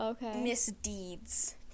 misdeeds